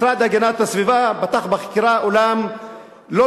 המשרד להגנת הסביבה פתח בחקירה אולם לא